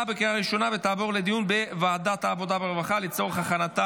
לוועדה שתקבע ועדת הכנסת